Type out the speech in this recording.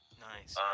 Nice